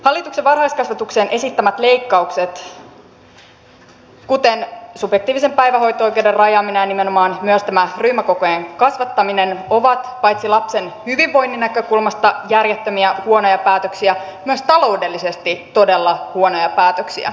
hallituksen varhaiskasvatukseen esittämät leikkaukset kuten subjektiivisen päivähoito oikeuden rajaaminen ja nimenomaan myös tämä ryhmäkokojen kasvattaminen ovat paitsi lapsen hyvinvoinnin näkökulmasta järjettömiä huonoja päätöksiä myös taloudellisesti todella huonoja päätöksiä